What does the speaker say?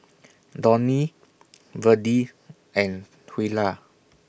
Donny Verdie and Twyla